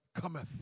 cometh